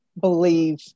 believe